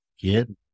kid